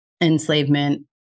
enslavement